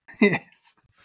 yes